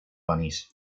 bunnies